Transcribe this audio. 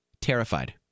terrified